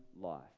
life